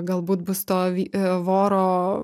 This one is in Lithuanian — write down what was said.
galbūt bus to voro